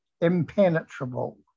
impenetrable